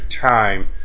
time